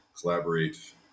collaborate